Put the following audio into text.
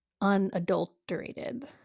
unadulterated